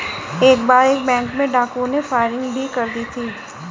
एक बार एक बैंक में डाकुओं ने फायरिंग भी कर दी थी